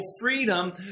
freedom